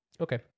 Okay